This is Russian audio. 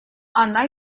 она